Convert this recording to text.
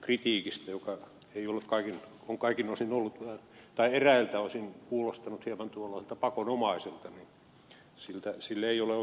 kritiikille joka on eräiltä osin kuulostanut hieman tuollaiselta pakonomaiselta ei ole oikein kyllä pohjaa